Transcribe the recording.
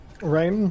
Right